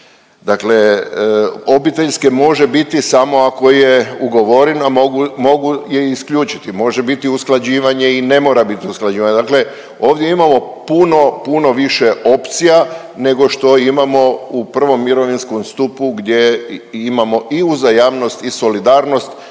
Dakle obiteljske može biti samo ako je ugovor, a mogu je i isključiti, može biti usklađivanje i ne mora biti usklađivanje. Dakle, ovdje imamo puno, puno više opcija nego što imamo u prvom mirovinskom stupu gdje imamo i uzajamnost i solidarnost,